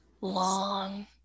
long